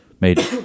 Made